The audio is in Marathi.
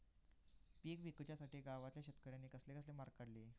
पीक विकुच्यासाठी गावातल्या शेतकऱ्यांनी कसले कसले मार्ग काढले?